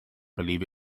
believe